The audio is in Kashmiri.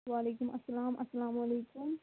وعلیکم اَلسَّلام اَلسَّلامُ علیکم